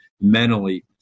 mentally